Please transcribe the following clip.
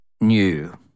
new